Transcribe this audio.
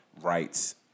rights